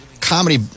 comedy